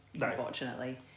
unfortunately